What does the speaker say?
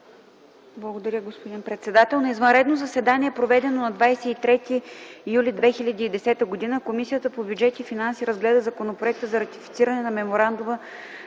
Благодаря, госпожо председател. „На извънредно заседание, проведено на 23 юли 2010 г., Комисията по бюджет и финанси разгледа Законопроект за ратифициране на Меморандума